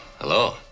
hello